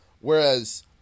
Whereas